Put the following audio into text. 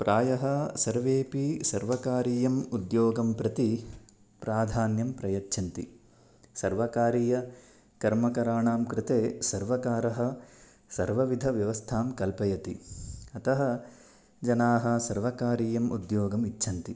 प्रायः सर्वेपि सर्वकारीयम् उद्योगं प्रति प्राधान्यं प्रयच्छन्ति सर्वकारीयकर्मकराणां कृते सर्वकारः सर्वविधव्यवस्थां कल्पयति अतः जनाः सर्वकारीयम् उद्योगम् इच्छन्ति